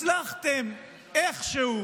הצלחתם איכשהו